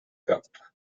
cup